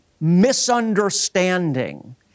misunderstanding